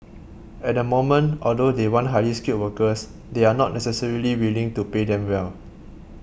at the moment although they want highly skilled workers they are not necessarily willing to pay them well